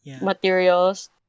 materials